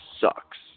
sucks